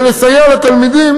כדי לסייע לתלמידים